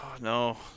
No